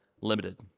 limited